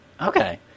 Okay